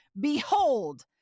behold